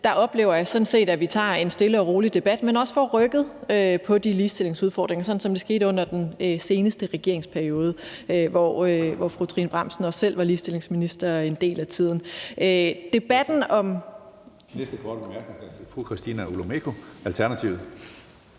så synes jeg faktisk, at vi tager en stille og rolig debat, men også får rykket på de ligestillingsudfordringer. Sådan som det også skete under den seneste regeringsperiode, hvor fru Trine Bramsen også selv var ligestillingsminister en del af tiden.